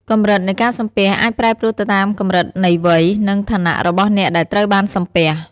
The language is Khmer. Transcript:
កម្រិតនៃការសំពះ អាចប្រែប្រួលទៅតាមកម្រិតនៃវ័យ និងឋានៈរបស់អ្នកដែលត្រូវបានសំពះ។